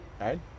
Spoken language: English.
right